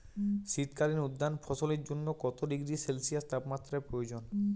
শীত কালীন উদ্যান ফসলের জন্য কত ডিগ্রী সেলসিয়াস তাপমাত্রা প্রয়োজন?